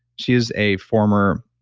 she is a former,